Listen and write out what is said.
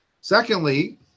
Secondly